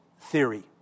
theory